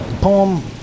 poem